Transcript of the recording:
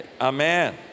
Amen